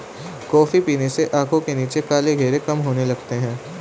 coffee पीने से आंखों के नीचे काले घेरे कम होने लगते हैं